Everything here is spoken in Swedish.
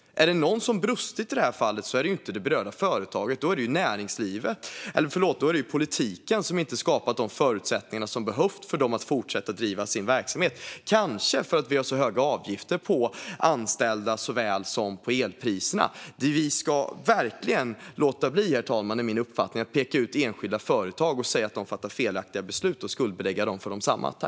Är det någon som har brustit i det här fallet är det inte det berörda företaget, utan då är det politiken som inte har skapat de förutsättningar som behövs för dem att fortsätta att bedriva sin verksamhet. Det kan bero på att vi har så höga avgifter på anställda liksom på de höga elpriserna. Herr talman! Det vi enligt min uppfattning verkligen ska låta bli är att peka ut enskilda företag, säga att de fattar felaktiga beslut och skuldbelägga dem för desamma.